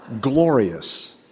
Glorious